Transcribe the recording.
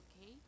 Okay